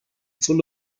full